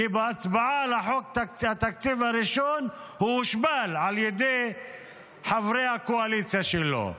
כי בהצבעה על חוק התקציב הראשון הוא הושפל על ידי חברי הקואליציה שלו.